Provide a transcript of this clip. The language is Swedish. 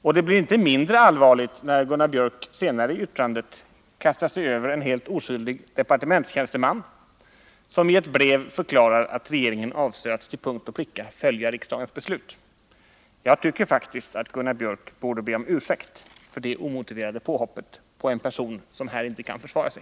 Och det blir inte mindre allvarligt när Gunnar Biörck senare i yttrandet kastar sig över en helt oskyldig departementstjänsteman, som i ett brev förklarar att regeringen avser att till punkt och pricka följa riksdagens beslut. Jag tycker faktiskt att Gunnar Biörck borde be om ursäkt för det omotiverade påhoppet på en person som här inte kan försvara sig.